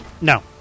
No